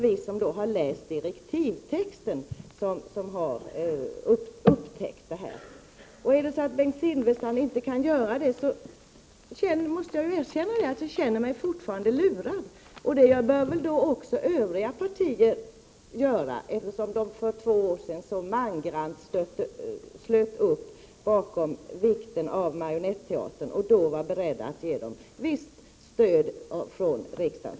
Vi som har läst direktivtexten har upptäckt detta. Om Bengt Silfverstrand inte kan medverka till detta förtydligande, måste jag erkänna att jag känner mig lurad. Det bör även övriga partier göra, eftersom de för två år sedan så mangrant slöt upp bakom förslaget om Marionetteatern och då var beredda att ge teatern ett visst stöd från riksdagen.